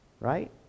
right